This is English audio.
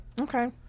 Okay